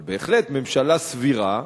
אבל בהחלט ממשלה סבירה,